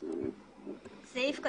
(ג)